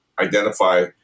identify